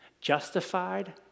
justified